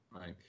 Right